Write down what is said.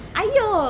!aiyo!